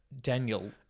Daniel